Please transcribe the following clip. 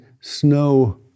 snow